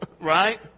right